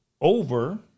Over